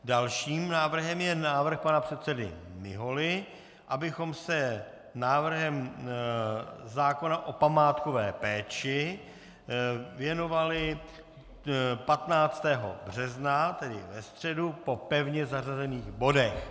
Dalším návrhem je návrh pana předsedy Miholy, abychom se návrhu zákona o památkové péči věnovali 15. března, tedy ve středu, po pevně zařazených bodech.